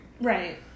Right